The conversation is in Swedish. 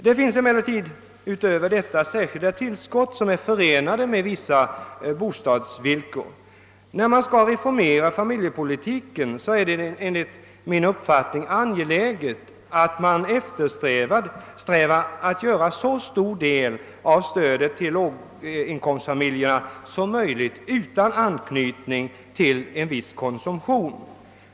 Det finns emellertid utöver detta särskilda tillskott som är förenade med vissa bostadsvillkor. När man skall reformera familjepolitiken är det enligt min uppfattning angeläget att man eftersträvar att ge en så stor del av stödet som möjligt till låginkomstfamiljerna utan anknytning till en viss konsumtion.